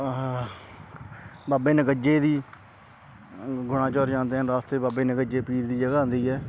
ਆਹਾ ਬਾਬੇ ਨਗੱਜੇ ਦੀ ਗੁਣਾਚੋਰ ਜਾਂਦਿਆ ਨੂੰ ਰਸਤੇ ਬਾਬੇ ਨਗੱਜੇ ਪੀਰ ਦੀ ਜਗ੍ਹਾ ਆਉਂਦੀ ਹੈ